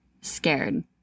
scared